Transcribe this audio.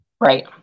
Right